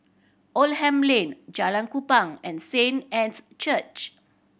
Oldham Lane Jalan Kupang and Saint Anne's Church